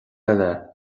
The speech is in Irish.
eile